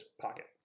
pocket